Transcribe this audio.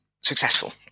successful